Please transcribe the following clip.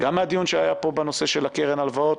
גם מהדיון שהיה פה בנושא של קרן ההלוואות,